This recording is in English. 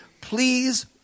please